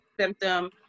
symptom